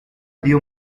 dio